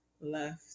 left